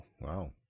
wow